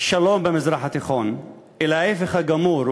שלום במזרח התיכון אלא ההפך הגמור,